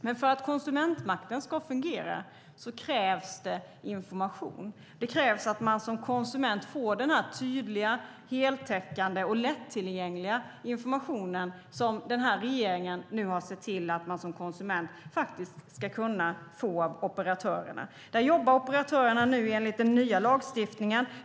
Men för att konsumentmakten ska fungera krävs det information. Det krävs att man som konsument får tydlig, heltäckande och lättillgänglig information, vilket den här regeringen nu har sett till att man ska kunna få av operatörerna. Operatörerna jobbar nu enligt den nya lagstiftningen.